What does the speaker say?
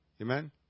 Amen